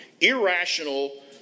irrational